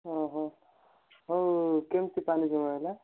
ହଁ ହଁ ହଉ କେମିତି ପାଣି ଜମା ହେଲା